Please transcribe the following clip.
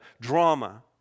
drama